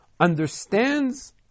understands